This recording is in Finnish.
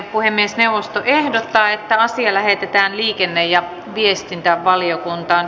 puhemiesneuvosto ehdottaa että asia lähetetään liikenne ja viestintävaliokuntaan